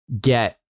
get